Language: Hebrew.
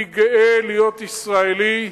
אני גאה להיות ישראלי,